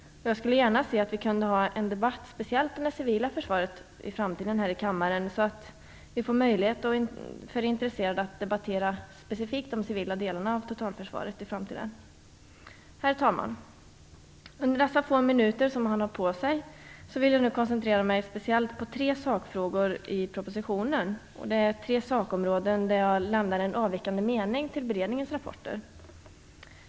Jag skulle gärna se att vi kunde ha en speciell debatt om det civila försvaret i framtiden här i kammaren. De skulle ge möjlighet för intresserade att specifikt debattera de civila delarna av totalförsvaret i framtiden. Herr talman! Under dessa få minuter som jag har på mig vill jag koncentrera mig speciellt på tre sakfrågor i propositionen. Det är tre sakområden där jag lämnar en avvikande mening till beredningens rapporter.